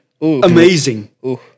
amazing